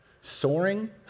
soaring